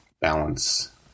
balance